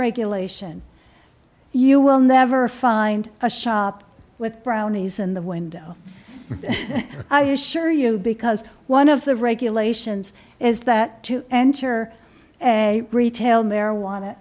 regulation you will never find a shop with brownies in the window i assure you because one of the regulations is that to enter a retail marijuana